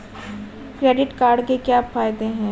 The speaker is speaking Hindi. क्रेडिट कार्ड के क्या फायदे हैं?